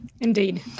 Indeed